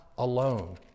alone